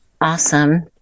awesome